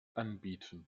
anbieten